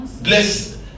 Bless